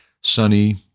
sunny